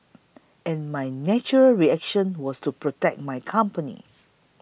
and my natural reaction was to protect my company